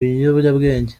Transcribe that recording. biyobyabwenge